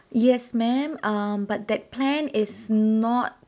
yes ma'am um but that plan is not